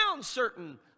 certain